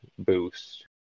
Boost